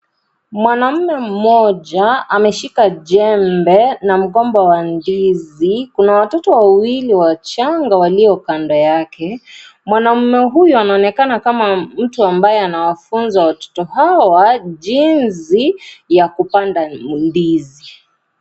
Mwanaume mmoja ameshika jembe na mgomba wa ndizi kuna watoto wawili wachanga walio kando yake. Mwanaume huyu anaonekana kama mtu ambaye anawafunza watoto hawa jinsi ya kupanda ndizi.